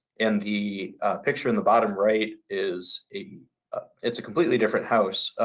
and the picture in the bottom right is a it's a completely different house,